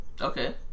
Okay